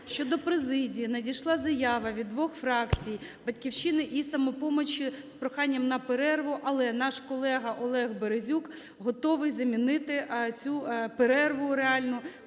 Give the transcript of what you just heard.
що до президії надійшла заява від двох фракцій – "Батьківщини" і "Самопомочі" – з проханням на перерву. Але наш колега наш колега Олег Березюк готовий замінити цю перерву реальну